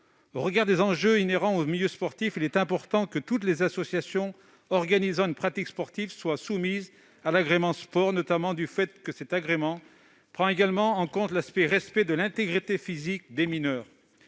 Au regard des enjeux inhérents au milieu sportif, il est important que toutes les associations organisant une pratique sportive soient soumises à l'agrément sport, notamment parce que cet agrément implique également le respect de l'intégrité physique des mineurs.